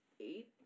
eight